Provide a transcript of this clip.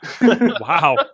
Wow